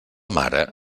mare